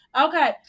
okay